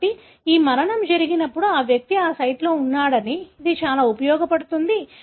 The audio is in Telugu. కాబట్టి ఈ మరణం జరిగినప్పుడు ఆ వ్యక్తి ఆ సైట్లో ఉన్నాడని ఇది చాలా ఉపయోగపడుతుంది